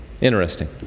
Interesting